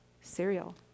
cereal